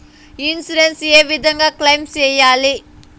Insurance ఏ విధంగా claim సేయాలి?